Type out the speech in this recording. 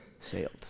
sailed